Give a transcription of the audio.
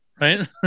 Right